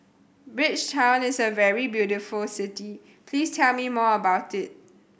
Bridgetown is a very beautiful city please tell me more about it